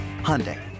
Hyundai